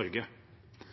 og